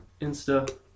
Insta